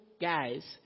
guys